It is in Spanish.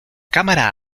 cámara